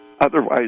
otherwise